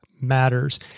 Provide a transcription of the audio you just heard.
Matters